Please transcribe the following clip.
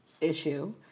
issue